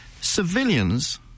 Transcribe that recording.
civilians